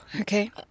Okay